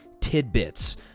tidbits